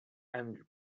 emil